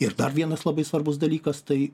ir dar vienas labai svarbus dalykas tai